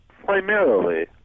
Primarily